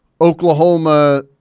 Oklahoma